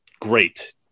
great